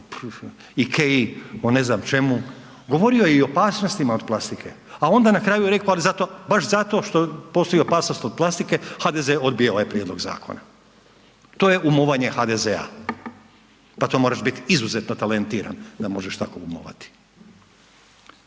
Ikei, o ne znam čemu, govorio je i o opasnostima od plastike, a onda na kraju je reko ali zato, baš zato što postoji opasnost od plastike HDZ odbija ovaj prijedlog zakona, to je umovanje HDZ-a, pa to moraš bit izuzetno talentiran da možeš tako umovati.